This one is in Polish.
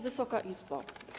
Wysoka Izbo!